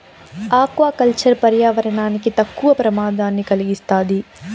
aqua culture పర్యావరణానికి తక్కువ ప్రమాదాన్ని కలిగిస్తాది